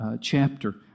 chapter